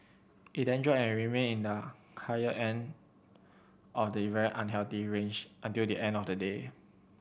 it then dropped and remained in the higher end of the even unhealthy range until the end of the day